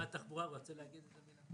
משרד התחבורה רוצה להתייחס.